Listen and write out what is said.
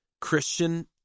Christian